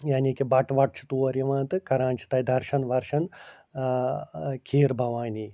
یعنی کہِ بٹہٕ وَٹہٕ چھِ تور یِوان تہٕ کَران چھِ تَتہِ درشن ورشن کھیٖربھوانی